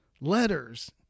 letters